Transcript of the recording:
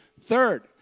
Third